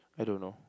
I don't know